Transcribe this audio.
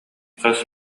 хас